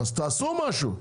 אז תעשו משהו,